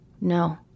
no